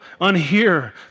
unhear